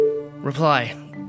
Reply